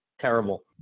terrible